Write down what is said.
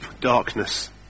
darkness